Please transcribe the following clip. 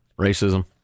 Racism